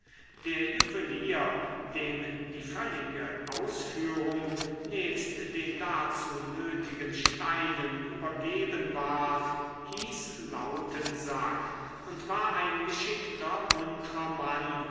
der juwelier dem die völlige ausführung nebst den dazu nötigen steinen übergeben ward hieß lautensack und war ein geschickter muntrer mann